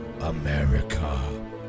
America